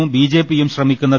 ഉം ബിജെപിയും ശ്രമിക്കുന്നത്